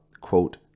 quote